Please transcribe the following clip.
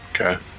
okay